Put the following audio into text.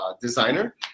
designer